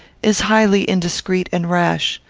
is highly indiscreet and rash.